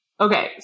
okay